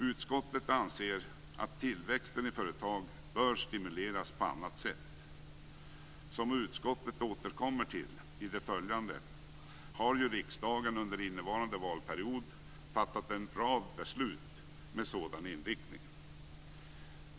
Utskottet anser att tillväxten i företag bör stimuleras på annat sätt. Som utskottet återkommer till i det följande har riksdagen under innevarande valperiod fattat en rad beslut med sådan inriktning.